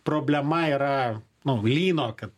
problema yra nu lyno kad